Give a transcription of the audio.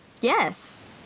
yes